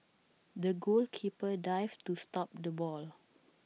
the goalkeeper dived to stop the ball